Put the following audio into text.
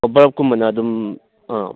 ꯕꯔꯞꯀꯨꯝꯕꯅ ꯑꯗꯨꯝ ꯑꯥ